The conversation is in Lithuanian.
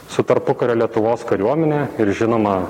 su tarpukario lietuvos kariuomene ir žinoma